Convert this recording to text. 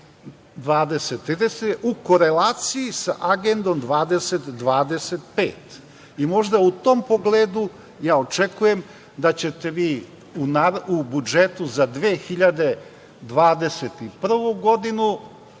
2030 je u korelacijom sa Agendom 2025 i možda u tom pogledu ja očekujem da ćete vi u budžetu za 2021. godinu